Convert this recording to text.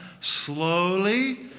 Slowly